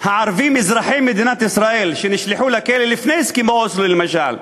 הערבים אזרחי מדינת ישראל שנשלחו לכלא לפני הסכמי אוסלו למשל,